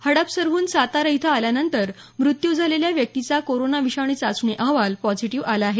हडपसरहून सातारा इथं आल्यानंतर मृत्यू झालेल्या व्यक्तीचा कोरोनाविषाणू चाचणी अहवाल पॉजिटिव आला आहे